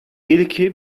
ilki